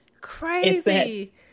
Crazy